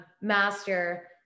master